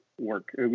work